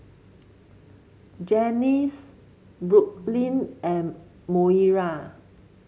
Janice Brooklyn and Moira